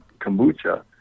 kombucha